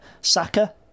Saka